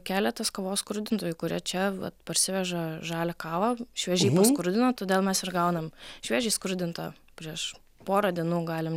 keletas kavos skrudintojų kuria čia vat parsiveža žalią kavą šviežiai paskrudina todėl mes ir gaunam šviežiai skrudintą prieš porą dienų galim